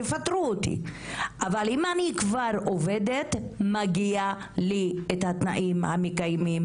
תפטרו אותי! אבל אם אני כבר עובדת אז מגיע לי את התנאים המקיימים